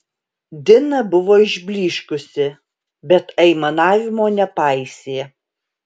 dina buvo išblyškusi bet aimanavimo nepaisė